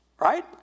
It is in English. right